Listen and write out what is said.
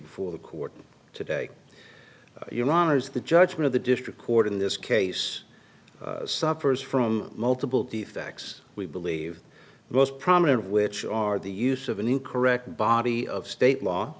before the court today your honor is the judgment of the district court in this case suffers from multiple defects we believe the most prominent of which are the use of an incorrect body of state law